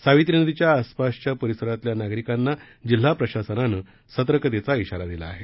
सावित्री नदीच्या आसपासच्या परिसरातील नागरिकांना जिल्हा प्रशासनानं सतर्कतेचा दिला आहे